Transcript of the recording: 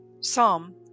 Psalm